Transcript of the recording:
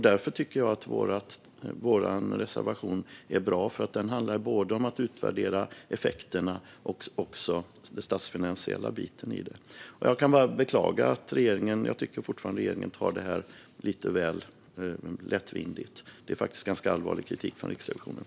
Därför tycker jag att vår reservation är bra. Den handlar både om att utvärdera effekterna och om den statsfinansiella biten i det. Jag kan bara beklaga. Jag tycker att regeringen tar detta lite väl lättvindigt. Det är faktiskt ganska allvarlig kritik från Riksrevisionen.